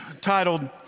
titled